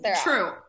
True